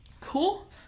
Cool